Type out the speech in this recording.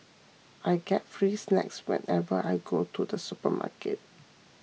I get free snacks whenever I go to the supermarket